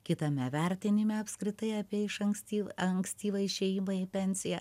kitame vertinime apskritai apie iš ankstyvą ankstyvą išėjimą į pensiją